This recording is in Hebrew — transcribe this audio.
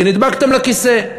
כי נדבקתם לכיסא.